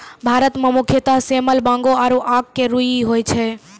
भारत मं मुख्यतः सेमल, बांगो आरो आक के रूई होय छै